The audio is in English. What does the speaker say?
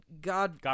God